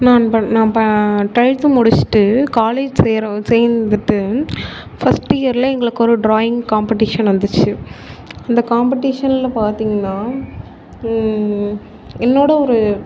நான் ப நான் அப்போ டுவெல்த்து முடிச்சுட்டு காலேஜ் சேர சேர்ந்துட்டு ஃபஸ்ட் இயரில் எங்களுக்கு ஒரு ட்ராயிங் காம்பட்டிஷன் வந்துச்சு அந்த காம்பட்டிஷனில் பார்த்திங்கனா என்னோட ஒரு